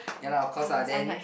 ya lah of course lah then